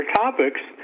topics